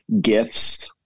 gifts